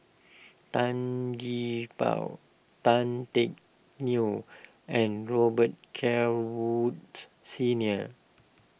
Tan Gee Paw Tan Teck Neo and Robet Carr Woods Senior